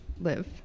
live